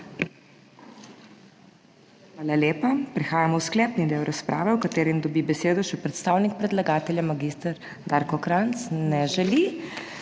Hvala lepa. Prehajamo v sklepni del razprave v katerem dobi besedo še predstavnik predlagatelja, magister Darko Krajnc. Ne želi.